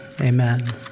Amen